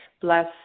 bless